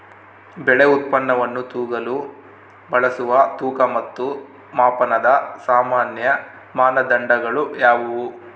ಬೆಳೆ ಉತ್ಪನ್ನವನ್ನು ತೂಗಲು ಬಳಸುವ ತೂಕ ಮತ್ತು ಮಾಪನದ ಸಾಮಾನ್ಯ ಮಾನದಂಡಗಳು ಯಾವುವು?